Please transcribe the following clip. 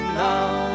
now